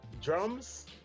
Drums